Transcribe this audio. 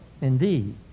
indeed